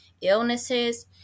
illnesses